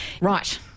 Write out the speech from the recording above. Right